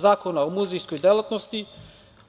Zakona o muzejskoj delatnosti,